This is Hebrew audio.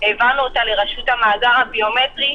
העברנו אותה לרשות המאגר הביומטרי,